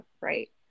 right